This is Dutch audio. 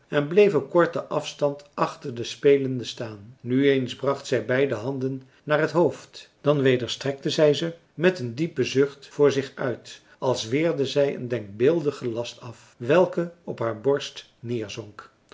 en bleef op korten afstand achter den spelende staan nu eens bracht zij beide handen naar het hoofd dan weder strekte zij ze met een diepen zucht voor zich uit als weerde zij een denkbeeldigen last af welke op haar borst nederzonk